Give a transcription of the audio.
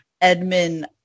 Edmund